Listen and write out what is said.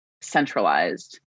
centralized